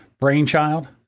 Brainchild